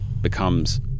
becomes